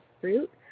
fruit